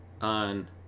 on